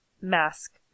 mask